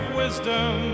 wisdom